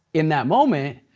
in that moment,